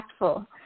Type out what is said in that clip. impactful